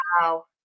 Wow